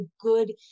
good